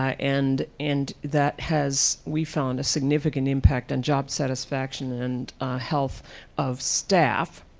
and and that has, we found a significant impact on job satisfaction and health of staff.